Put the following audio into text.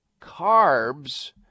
carbs